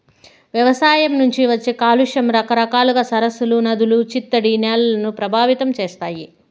వ్యవసాయం నుంచి వచ్చే కాలుష్య కారకాలు సరస్సులు, నదులు, చిత్తడి నేలలను ప్రభావితం చేస్తాయి